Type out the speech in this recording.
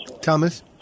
Thomas